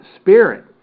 spirit